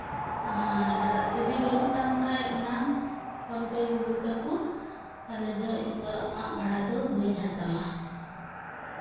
ᱟᱨ ᱡᱩᱫᱤ ᱵᱟᱹᱱᱩᱜ ᱛᱟᱢ ᱠᱷᱟᱱ ᱚᱱᱟ ᱯᱷᱳᱱ ᱯᱮ ᱜᱩᱜᱳᱞ ᱯᱮ ᱠᱚ ᱛᱟᱦᱚᱞᱮ ᱤᱧ ᱫᱚ ᱟᱢᱟᱜ ᱵᱷᱟᱲᱟ ᱫᱚ ᱵᱟᱹᱧ ᱦᱟᱛᱟᱣᱟ